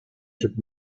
should